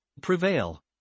Prevail